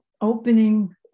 opening